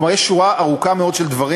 כלומר, יש שורה ארוכה מאוד של דברים.